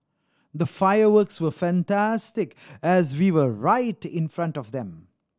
the fireworks were fantastic as we were right in front of them